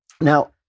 Now